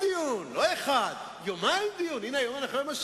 נראה אותו כאילו הוא עבר,